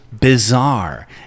bizarre